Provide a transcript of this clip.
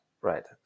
right